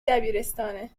دبیرستانه